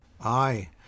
Aye